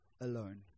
alone